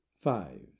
five